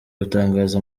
gutangaza